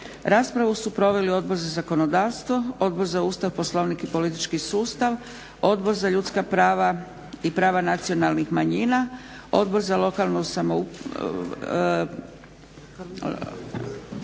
Raspravu su proveli Odbor za zakonodavstvo, Odbor za Ustav, poslovnik i politički sustav, Odbor za ljudska prava i prava nacionalnih manjina, Odbor za lokalnu